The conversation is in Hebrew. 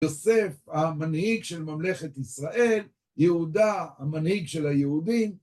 יוסף, המנהיג של ממלכת ישראל, יהודה, המנהיג של היהודים.